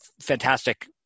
fantastic